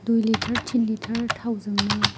दुइ लिटार तिन लिटार थावजोंनो